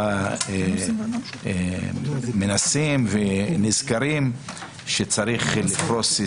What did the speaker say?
עכשיו מנסים ונזכרים שצריך לפרוס